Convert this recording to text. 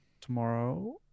tomorrow